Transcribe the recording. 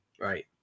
Right